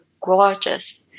gorgeous